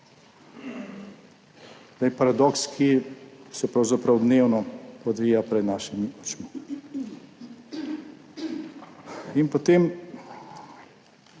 Paradoks, ki se pravzaprav dnevno odvija pred našimi očmi. Že pred